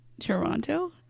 Toronto